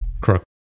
Crook